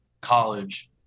college